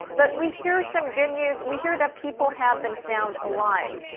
but we hear some good news. we hear that people have been found alive?